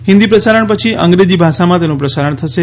હિન્દી પ્રસારણ પછી અંગ્રેજી ભાષામાં તેનું પ્રસારણ થશે